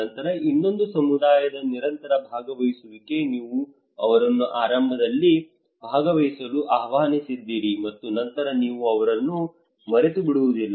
ನಂತರ ಇನ್ನೊಂದು ಸಮುದಾಯದ ನಿರಂತರ ಭಾಗವಹಿಸುವಿಕೆ ನೀವು ಅವರನ್ನು ಆರಂಭದಲ್ಲಿ ಭಾಗವಹಿಸಲು ಆಹ್ವಾನಿಸಿದ್ದೀರಿ ಮತ್ತು ನಂತರ ನೀವು ಅವರನ್ನು ಮರೆತುಬಿಡುವುದಲ್ಲ